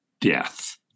death